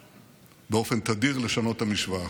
ובאופן תדיר לשנות את המשוואה.